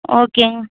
ஓகேங்க